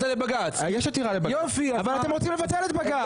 יש עתירה לבג"צ אבל אתם רוצים לבטל את בג"צ.